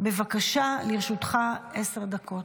בבקשה, לרשותך עשר דקות.